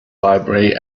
library